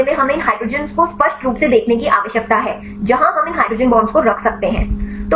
तो इस मामले में हमें इन हाइड्रोजन को स्पष्ट रूप से देखने की आवश्यकता है जहां हम इन हाइड्रोजन बांड को रख सकते हैं